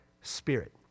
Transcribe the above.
Spirit